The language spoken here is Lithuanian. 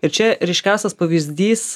ir čia ryškiausias pavyzdys